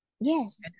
Yes